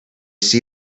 see